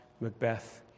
Macbeth